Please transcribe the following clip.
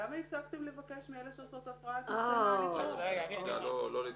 למה הפסקתם לבקש מאלה שעושות הפריית מבחנה, לתרום?